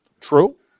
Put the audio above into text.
true